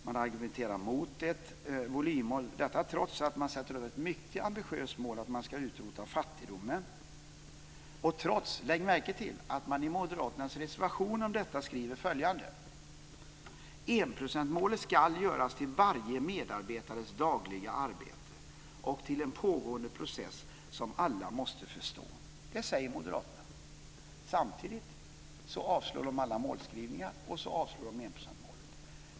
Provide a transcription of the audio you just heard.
Man argumenterar mot ett volymmål trots att man sätter upp ett mycket ambitiöst mål om att man ska utrota fattigdomen. Lägg märke till att man i moderaternas reservation om detta skriver följande: Enprocentsmålet ska göras till varje medarbetares dagliga arbete och till en pågående process som alla måste förstå. Det här säger moderaterna. Samtidigt avstyrker de alla målskrivningar och enprocentsmålet.